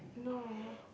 no